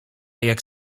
jak